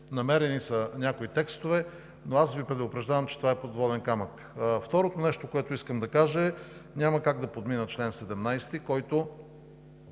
намерени са някои текстове, но аз Ви предупреждавам, че това е подводен камък. Второто нещо, което искам да кажа, е, няма как да подмина чл. 17, който